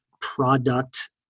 product